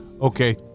Okay